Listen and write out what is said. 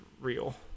real